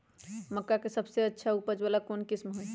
मक्का के सबसे अच्छा उपज वाला कौन किस्म होई?